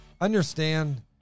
understand